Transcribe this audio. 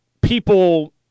People